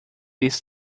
least